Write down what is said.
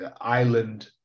island